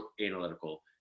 analytical